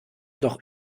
doch